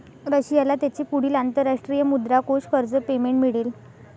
रशियाला त्याचे पुढील अंतरराष्ट्रीय मुद्रा कोष कर्ज पेमेंट मिळेल